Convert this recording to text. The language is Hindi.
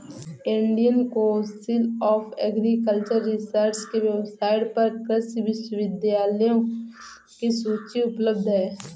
Indian council of agricultural research के वेबसाइट पर कृषि विश्वविद्यालयों की सूची उपलब्ध है